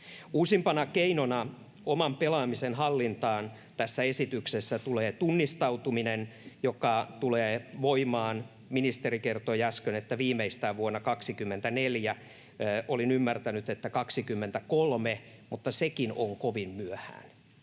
Uusimpana keinona oman pelaamisen hallintaan tulee tässä esityksessä tunnistautuminen, joka tulee voimaan — ministeri kertoi äsken — viimeistään vuonna 24. Olin ymmärtänyt, että 23, mutta sekin olisi ollut kovin myöhään.